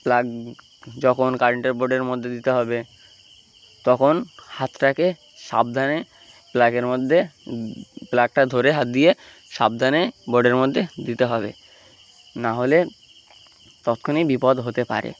plug যখন কারেন্টের বোর্ডের মধ্যে দিতে হবে তখন হাতটাকে সাবধানে প্লাগের মধ্যে প্লাগটা ধরে হাত দিয়ে সাবধানে বোর্ডের মধ্যে দিতে হবে নাহলে তক্ষুনি বিপদ হতে পারে